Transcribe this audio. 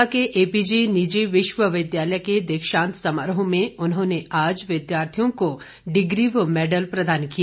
शिमला के एपीजी निजी विश्वविद्यालय के दीक्षांत समारोह में उन्होंने आज विद्यार्थियों को डिग्री व मैडल प्रदान किए